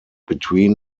between